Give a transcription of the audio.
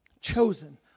Chosen